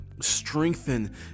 strengthen